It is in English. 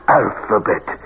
alphabet